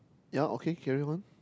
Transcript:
ya okay carry on